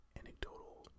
anecdotal